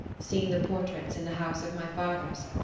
seen the portraits in the house of my fathers?